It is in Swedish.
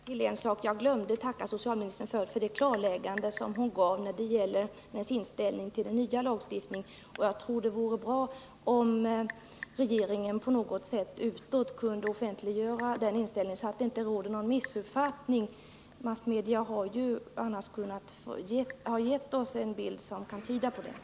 Herr talman! Jag vill bara lägga till en sak. Jag glömde att tacka socialministern för det klarläggande hon gav när det gäller inställningen till den nya lagstiftningen. Jag tror att det vore bra om regeringen på något sätt utåt kunde offentliggöra den inställningen, så att det inte råder någon missuppfattning. Massmedia har gett oss en bild som kan tyda på att det här förekommer missuppfattningar.